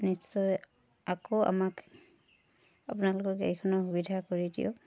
নিশ্চয় আকৌ আমাক আপোনালোকৰ গাড়ীখনৰ সুবিধা কৰি দিয়ক